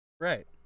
Right